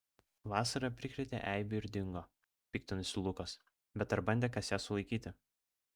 vasara prikrėtė eibių ir dingo piktinosi lukas bet ar bandė kas ją sulaikyti